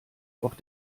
auch